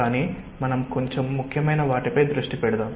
కానీ మనం కొంచెం ముఖ్యమైన వాటిపై దృష్టి పెడతాము